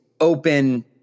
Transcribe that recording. open